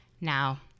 Now